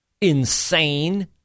insane